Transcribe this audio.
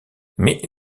mais